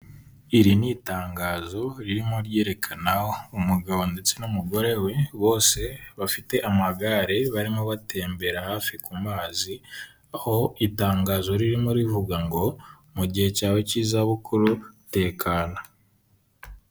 Iri ni itangazo ririmo ryerekana umugabo ndetse n'umugore we bose bafite amagare barimo batembera hafi ku mazi, aho itangazo ririmo rivuga ngo mu gihe cyawe cy'izabukuru tekana.